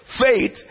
faith